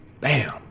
bam